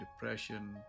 depression